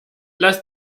lass